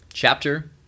Chapter